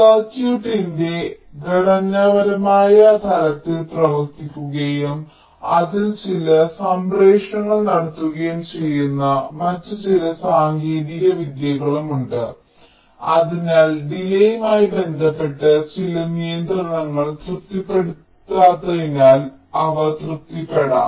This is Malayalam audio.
സർക്യൂട്ടിന്റെ ഘടനാപരമായ തലത്തിൽ പ്രവർത്തിക്കുകയും അതിൽ ചില സംപ്രേഷണങ്ങൾ നടത്തുകയും ചെയ്യുന്ന മറ്റ് ചില സാങ്കേതിക വിദ്യകളുമുണ്ട് അതിനാൽ ഡിലേയ്യുമായി ബന്ധപ്പെട്ട ചില നിയന്ത്രണങ്ങൾ തൃപ്തിപ്പെടാത്തതിനാൽ അവ തൃപ്തിപ്പെടാം